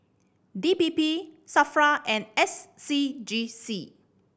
D P P SAFRA and S C G C